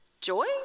Joy